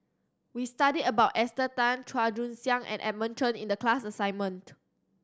we studied about Esther Tan Chua Joon Siang and Edmund Cheng in the class assignment